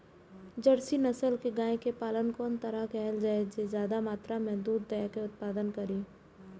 Jersey नस्ल के गाय के पालन कोन तरह कायल जाय जे ज्यादा मात्रा में दूध के उत्पादन करी?